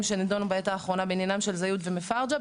שנידונו בעת האחרונה בעניינם של זיוד ומפרג'ה,